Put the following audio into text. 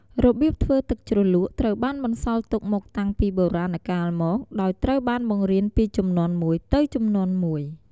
របៀបធ្វើទឹកជ្រលក់ ត្រូវបានបន្សល់ទុកមកតាំងពីបុរាណកាលមក ដោយត្រូវបានបង្រៀនពីជំនាន់មួយទៅជំនាន់មួយ។